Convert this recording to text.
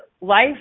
life